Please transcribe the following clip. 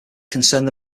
concerned